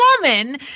woman